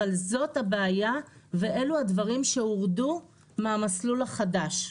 אבל זאת הבעיה ואלו הדברים שהורדו מהמסלול החדש,